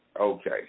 Okay